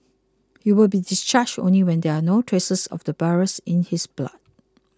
he will be discharged only when there are no traces of the virus in his blood